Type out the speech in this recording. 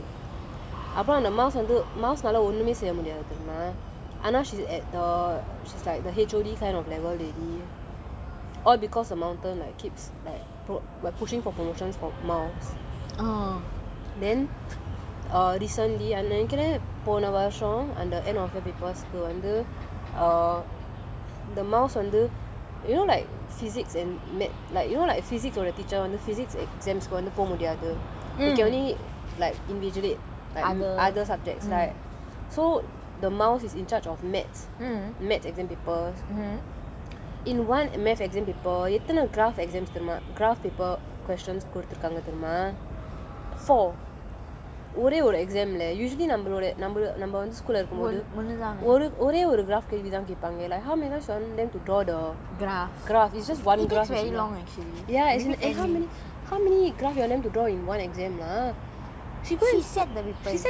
mouse வந்து:vanthu mountain கு கீழ வேல செய்ற ஆளு அப்புறம் அந்த:ku keela vela seyra aalu appuram antha mouse வந்து:vanthu mouse மேல ஒண்ணுமே செய்ய முடியாது தெரியுமா ஆனா:mela onnume seyya mudiyaathu theriyuma aana she's like the H_O_D kind of level lady all because of mountain like keeps pushing for promotion for miles then this only நான் நெனைக்குரன் போன வருசம் அந்த:naan nenaikkuran pona varusam antha at the end of year papers கு வந்து:ku vanthu err இந்த:intha mouse வந்து:vanthu you know like physics and math like you know like physics ஓட:oda teacher வந்து physics exams கு வந்து போக முடியாது:ku vanthu poga mudiyaathu okay நீ:nee like invigilate other subjects right so the miles is in charge of maths maths exam paper in one maths exam paper எத்தன:ethana graph exams தெரியுமா:theriyuma graph paper questions கொடுத்திருக்குறாங்க தெரியும:koduthirukkuraanga theriyuma four ஒரே ஒரு:ore oru exam lah usually நம்மலோட நம்ம நம்ம வந்து:nammaloda namma namma vanthu school lah இருக்கும் போது ஒரேயொரு:irukkum pothu oreyoru graph கேள்வி தான் கேப்பாங்க:kelvi thaan keppanga how many graphs do you want them to draw in one exam uh